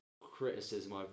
criticism